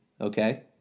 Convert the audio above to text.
Okay